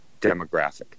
demographic